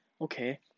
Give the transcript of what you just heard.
okay